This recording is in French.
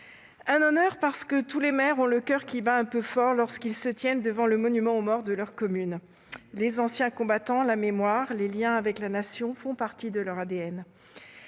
un honneur, parce que tous les maires ont le coeur qui bat un peu fort, lorsqu'ils se tiennent devant le monument aux morts de leur commune. Les anciens combattants, la mémoire, les liens avec la Nation font partie de leur ADN.